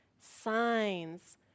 signs